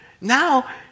Now